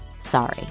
sorry